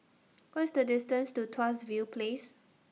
What IS The distance to Tuas View Place